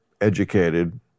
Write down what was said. educated